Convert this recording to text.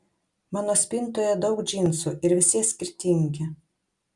mano spintoje daug džinsų ir visi jie skirtingi